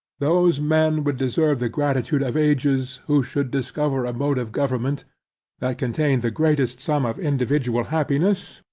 those men would deserve the gratitude of ages, who should discover a mode of government that contained the greatest sum of individual happiness,